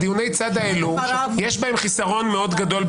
כן.